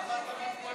למה אתה מתפלא?